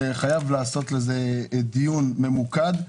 חייב לעשות לזה דיון ממוקד.